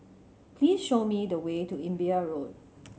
please show me the way to Imbiah Road